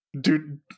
Dude